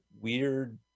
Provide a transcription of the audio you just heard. weird